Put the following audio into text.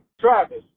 Travis